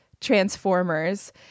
transformers